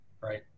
right